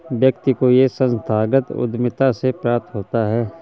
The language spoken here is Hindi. व्यक्ति को यह संस्थागत उद्धमिता से प्राप्त होता है